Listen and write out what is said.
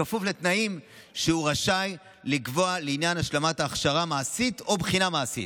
בכפוף לתנאים שהוא רשאי לקבוע לעניין השלמת הכשרה מעשית או בחינה מעשית.